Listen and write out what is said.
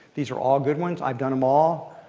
these are all good ones. i've done them all.